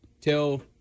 till